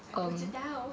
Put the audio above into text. I 不知道